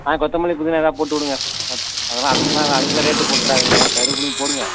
ஆ கொத்தமல்லி புதினா ஏதாவது போட்டு விடுங்க ஓகே அதெலாம் அதுக்கெலாம் இல்லை அதுக்குலாம் ரேட்டு போட்டுறாதிங்க கருவேப்பிலையும் போடுங்கள்